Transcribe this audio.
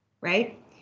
right